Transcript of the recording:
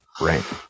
Right